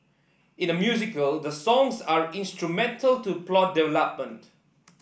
in a musical the songs are instrumental to plot